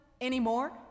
anymore